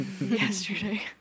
yesterday